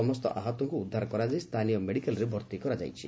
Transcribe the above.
ସମସ୍ତ ଆହତଙ୍କୁ ଉଦ୍ଧାର କରାଯାଇ ସ୍ଚାନୀୟ ମେଡ଼ିକାଲରେ ଭର୍ଉ କରାଯାଇଛି